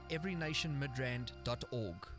Everynationmidrand.org